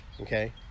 okay